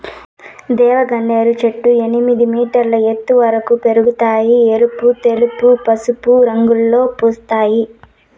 దేవగన్నేరు చెట్లు ఎనిమిది మీటర్ల ఎత్తు వరకు పెరగుతాయి, ఎరుపు, తెలుపు, పసుపు రంగులలో పూస్తాయి